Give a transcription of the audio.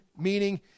meaning